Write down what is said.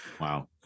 Wow